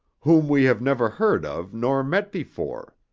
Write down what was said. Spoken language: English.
whom we have never heard of nor met before?